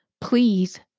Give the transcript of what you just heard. please